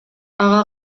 ага